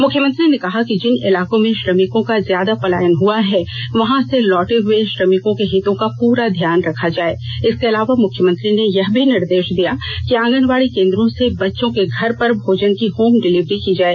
मुख्यमंत्री ने कहा कि जिन इलाकों से श्रमिकों का ज्यादा पलायन हुआ है वहां से लौटे हुए श्रमिकों के हितों का पूरा ध्यान रखा जाए इसके अलावा मुख्यमंत्री ने यह भी निर्देश दिया कि आंगनबाड़ी केंद्रों से बच्चों के घर पर भोजन की होम डिलीवरी की जाए